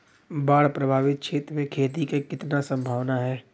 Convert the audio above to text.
बाढ़ प्रभावित क्षेत्र में खेती क कितना सम्भावना हैं?